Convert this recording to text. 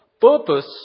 purpose